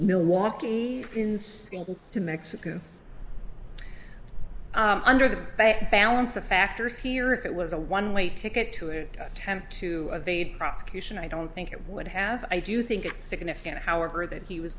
milwaukee to mexico under the balance of factors here if it was a one way ticket to an attempt to evade prosecution i don't think it would have i do think it's significant however that he was